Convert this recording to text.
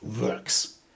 works